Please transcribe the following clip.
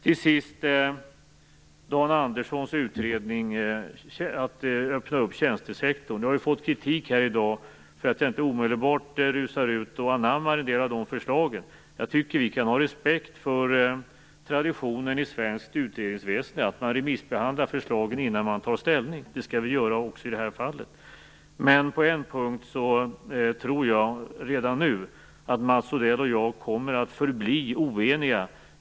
Till sist vill jag nämna Dan Anderssons utredning om att öppna tjänstesektorn. Jag har fått kritik här i dag för att jag inte omedelbart rusar ut och anammar en del av de förslagen. Jag tycker att vi kan ha respekt för traditionen i svenskt utredningsväsende att remissbehandla förslagen innan man tar ställning. Det skall vi göra också i det här fallet. Men på en punkt tror jag redan nu att Mats Odell och jag kommer att förbli oeniga.